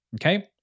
Okay